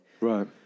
Right